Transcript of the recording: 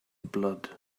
blood